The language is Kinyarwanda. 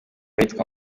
yitwa